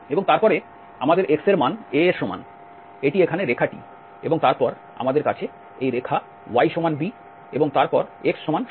এবং তারপরে আমাদের x এর মান a এর সমান এটি এখানে রেখাটি এবং তারপর আমাদের কাছে এই রেখা y সমান b এবং তারপর x সমান 0